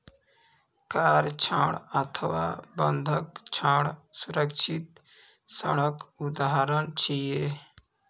car ऋण अथवा बंधक ऋण सुरक्षित ऋणक उदाहरण छियै